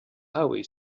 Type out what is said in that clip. highway